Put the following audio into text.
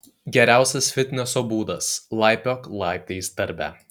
geriausias fitneso būdas laipiok laiptais darbe